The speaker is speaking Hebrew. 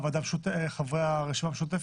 חברי הרשימה המשותפת,